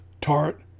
tart